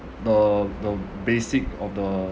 the the basic of the